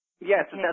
Yes